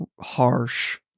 harsh